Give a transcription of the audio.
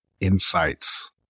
insights